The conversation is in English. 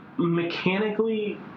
Mechanically